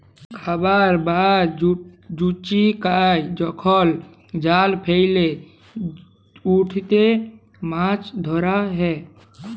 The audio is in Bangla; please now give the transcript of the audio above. খাবাই বা জুচিকাই যখল জাল ফেইলে উটতে মাছ ধরা হ্যয়